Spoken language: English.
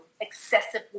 excessively